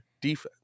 defense